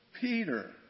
Peter